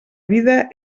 vida